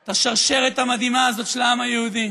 את השרשרת המדהימה הזאת של העם היהודי,